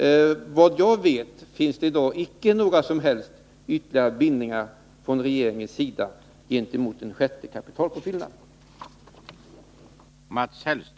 Såvitt jag vet finns det i dag icke några som helst ytterligare bindningar från regeringens sida gentemot en sjätte kapitalpåfyllnad.